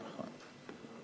נכון.